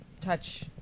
touch